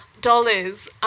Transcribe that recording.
dollars